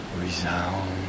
resound